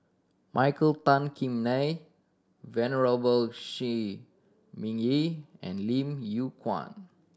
Michael Tan Kim Nei Venerable Shi Ming Yi and Lim Yew Kuan